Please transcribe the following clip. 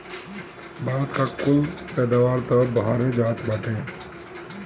भारत का कुल पैदावार तअ बहरे जात बाटे